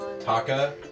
Taka